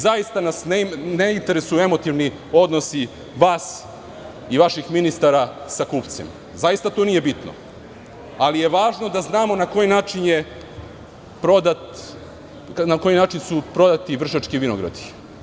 Zaista nas ne interesuje emotivni odnos između vas i vaših ministara sa kupcima, to zaista nije bitno, ali je važno da znamo na koji način su prodati Vršački vinogradi?